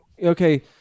Okay